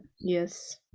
Yes